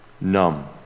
numb